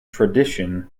tradition